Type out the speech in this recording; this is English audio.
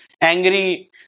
angry